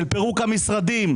של פירוק המשרדים,